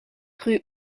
rue